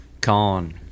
con